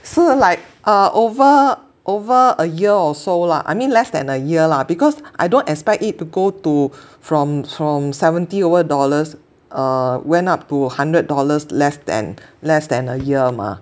是 like uh over over a year or so lah I mean less than a year lah because I don't expect it to go to from from seventy over dollars err went up to hundred dollars less than less than a year mah